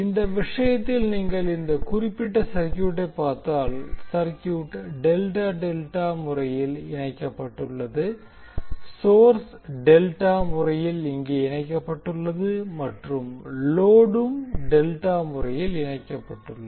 இந்த விஷயத்தில் நீங்கள் இந்த குறிப்பிட்ட சர்க்யூட்டை பார்த்தால் சர்க்யூட் ∆∆ முறையில் இணைக்கப்பட்டுள்ளது சோர்ஸ் டெல்டா முறையில் இங்கே இணைக்கப்பட்டுள்ளது மற்றும் லோடும் டெல்டா முறையில் இணைக்கப்பட்டுள்ளது